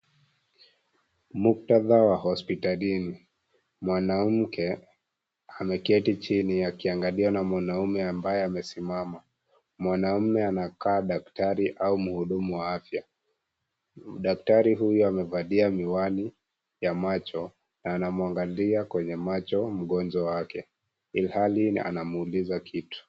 Muktadha wa hospitalini. Mwanamke ameketi chini akiangaliwa na mwanaume aliyasimama mwanaume anakaa daktari au mhudumu wa afya, daktari huyu amevalia miwani ya macho na anamwangalia kwenye macho mgonjwa wake ilhali anamuuliza kitu.